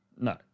No